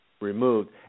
removed